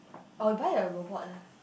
oh you buy a robot lah